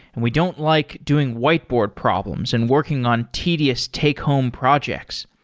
and we don't like doing whiteboard problems and working on tedious take home projects.